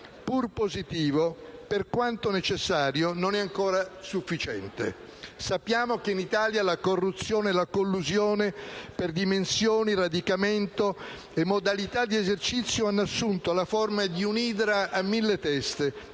pur positivo, per quanto necessario, non è ancora sufficiente. Sappiamo che in Italia la corruzione e la collusione, per dimensioni, radicamento e modalità di esercizio, hanno assunto la forma di un'idra a mille teste,